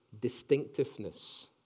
distinctiveness